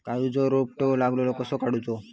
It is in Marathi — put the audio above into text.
काजूक रोटो लागलेलो कसो काडूचो?